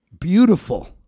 beautiful